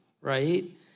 right